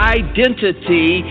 identity